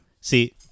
See